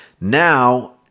now